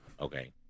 Okay